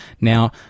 Now